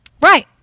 Right